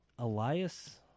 Elias